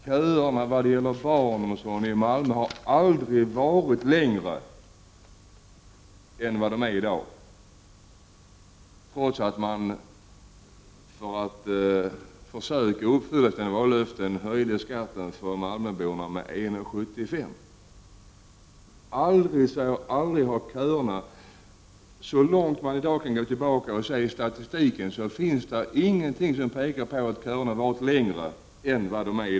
Köerna till barnomsorgen i Malmö har aldrig varit längre än vad de är i dag, trots att socialdemokraterna i sina försök att uppfylla vallöftena höjde skatten för malmöborna med 1:75 kr. Så långt som det i dag går att se tillbaka i statistiken har köerna aldrig varit längre än i dag.